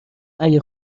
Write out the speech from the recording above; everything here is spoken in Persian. اگر